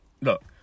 Look